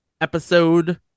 Episode